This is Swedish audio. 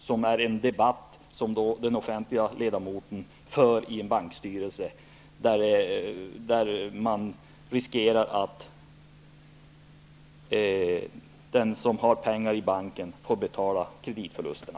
Det är en debatt som det offentligas ledamot kan föra i en bankstyrelse, eftersom de som har pengar i banken kan riskera att få betala kreditförlusterna.